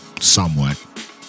Somewhat